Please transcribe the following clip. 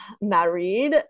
married